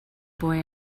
boy